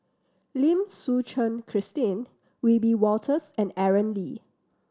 Lim Suchen Christine Wiebe Wolters and Aaron Lee